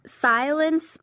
Silence